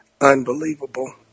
unbelievable